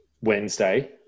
Wednesday